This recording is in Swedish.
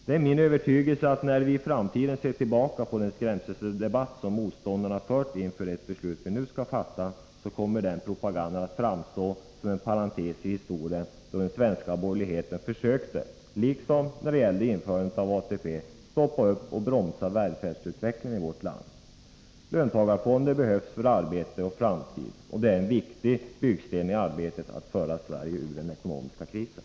Det är min övertygelse att när vi i framtiden ser tillbaka på den skrämseldebatt motståndarna fört inför det beslut vi nu skall fatta, kommer det att framstå som en parentes i historien att den svenska borgerligheten, liksom när det gällde införandet av ATP, försökte bromsa välfärdsutvecklingen i vårt land. Löntagarfonder behövs för arbete och framtid. De är en viktig byggsten i arbetet på att föra Sverige ut ur den ekonomiska krisen.